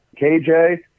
kj